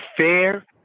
fair